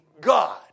God